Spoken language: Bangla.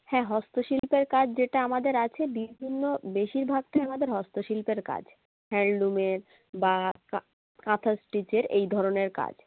হ্যাঁ হস্তশিল্পের কাজ যেটা আমাদের আছে বিয়ের জন্য বেশিরভাগটাই আমাদের হস্তশিল্পের কাজ হ্যান্ডলুমের বা কাঁথা স্টিচের এই ধরনের কাজ